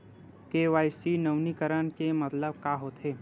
KYC नवीनीकरण के मतलब का होथे?